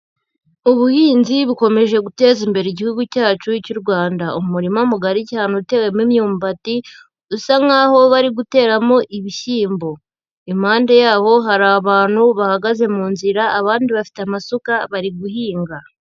Ubuhinzi bukomeje guteza imbere igihugu cyacu cy'u Rwanda. Umurima mugari cyane utewemo imyumbati usa nkaho bari guteramo ibishyimbo. Impande yaho hari abantu bahagaze mu nzira, abandi bafite amasuka bari guhinga.